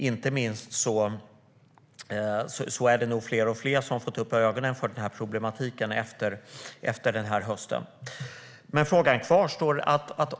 Inte minst har nog fler och fler fått upp ögonen för den här problematiken sedan förra hösten. Men frågan kvarstår.